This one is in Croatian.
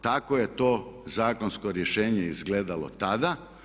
Tako je to zakonsko rješenje izgledalo tada.